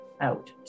out